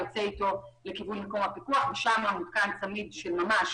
יוצא אתו לכיוון מקום הפיקוח ושם מותקן לו צמיד של ממש